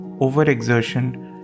overexertion